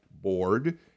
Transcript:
Board